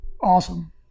Awesome